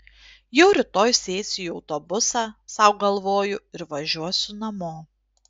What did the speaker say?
jau rytoj sėsiu į autobusą sau galvoju ir važiuosiu namo